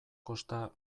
kosta